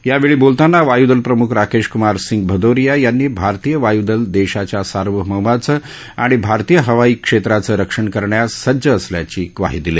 यावेळी बोलताना वाय्दल प्रमुख राकेश क्मार सिंग भदौरिया यांनी भारतीय वाय्दल देशाच्या सार्वभौमाचं आणि भारतीय हवाई क्षेत्राचं रक्षण करण्यास हवाई दल सज्ज असल्याची ग्वाही दिली